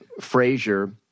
Frazier